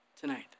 tonight